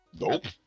nope